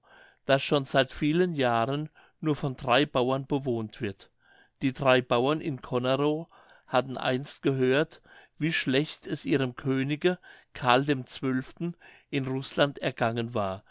das schon seit vielen jahren nur von drei bauern bewohnt wird die drei bauern in conerow hatten einst gehört wie schlecht es ihrem könige karl dem zwölften in rußland ergangen war